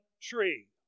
tree